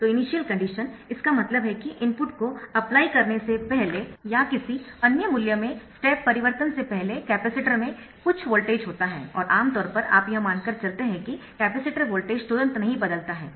तो initial condition इसका मतलब है कि इनपुट को अप्लाई करने से पहले या किसी अन्य मूल्य में स्टेप परिवर्तन से पहले कैपेसिटर में कुछ वोल्टेज होता है और आमतौर पर आप यह मानकर चलते है कि कैपेसिटर वोल्टेज तुरंत नहीं बदलता है